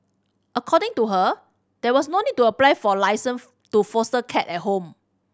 according to her there was no need to apply for licence to foster cat at home